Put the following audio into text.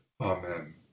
Amen